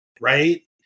right